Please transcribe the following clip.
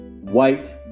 white